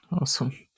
Awesome